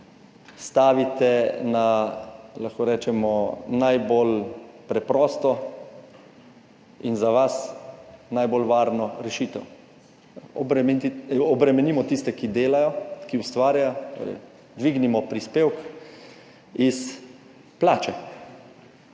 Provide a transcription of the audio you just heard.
rečemo najbolj preprosto in za vas najbolj varno rešitev, obremenimo tiste, ki delajo, ki ustvarjajo, torej dvignimo prispevek iz plače.